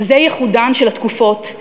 "זה ייחודן של התקופות,